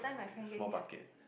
small bucket